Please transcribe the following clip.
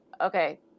Okay